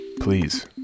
please